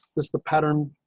this the pattern.